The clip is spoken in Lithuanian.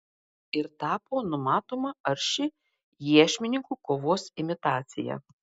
ir tapo numatoma arši iešmininkų kovos imitacija